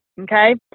Okay